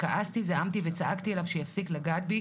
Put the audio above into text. כעסתי, זעמתי וצעקתי עליו שיפסיק לגעת בי.